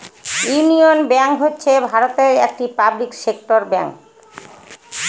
union bank হচ্ছে ভারতের একটি পাবলিক সেক্টর ব্যাঙ্ক